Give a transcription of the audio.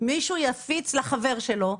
מישהו יפיץ לחבר שלו,